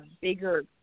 bigger